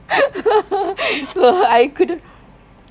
I couldn't